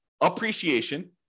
appreciation